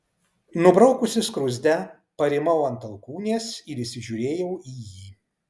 nubraukusi skruzdę parimau ant alkūnės ir įsižiūrėjau į jį